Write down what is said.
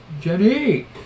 Jenny